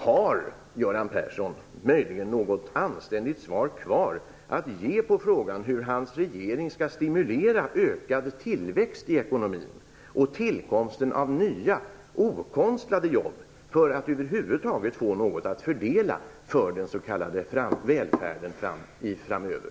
Har Göran Persson möjligen något anständigt svar kvar att ge på frågan hur hans regering skall stimulera ökad tillväxt i ekonomin och tillkomsten av nya okonstlade jobb för att över huvud taget få något att fördela för den s.k. välfärden framöver?